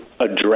Address